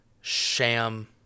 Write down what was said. sham